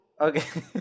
Okay